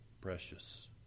precious